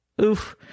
oof